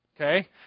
okay